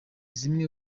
zimwe